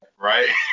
Right